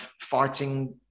fighting